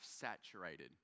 saturated